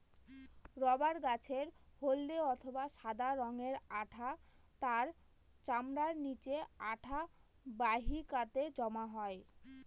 rubber গাছের হল্দে অথবা সাদা রঙের আঠা তার চামড়ার নিচে আঠা বাহিকাতে জমা হয়